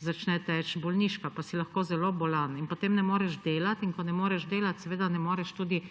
začne teči bolniška, pa si lahko zelo bolan, in potem ne moreš delati in ko ne moreš delati, seveda ne moreš tudi